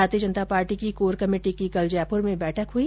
भारतीय जनता पार्टी की core committee की कल जयपूर में बैठक हुई